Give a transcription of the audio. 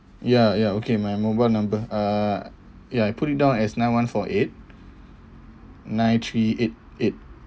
ya ya okay my mobile number uh ya I put it down as nine one four eight nine three eight eight